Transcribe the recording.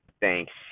thanks